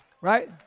Right